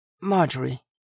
Marjorie